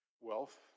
wealth